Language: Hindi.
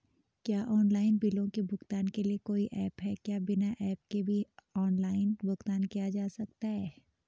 क्या ऑनलाइन बिलों के भुगतान के लिए कोई ऐप है क्या बिना ऐप के भी ऑनलाइन भुगतान किया जा सकता है?